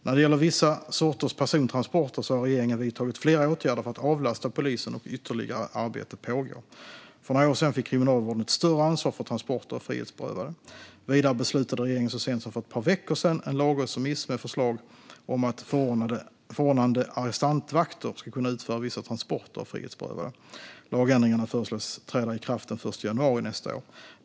När det gäller vissa sorters persontransporter har regeringen vidtagit flera åtgärder för att avlasta polisen, och ytterligare arbete pågår. För några år sedan fick Kriminalvården ett större ansvar för transporter av frihetsberövade. Vidare beslutade regeringen så sent som för ett par veckor sedan om en lagrådsremiss med förslag om att förordnade arrestantvakter ska kunna utföra vissa transporter av frihetsberövade. Lagändringarna föreslås träda i kraft den 1 januari nästa år.